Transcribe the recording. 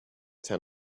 ten